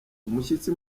umushyitsi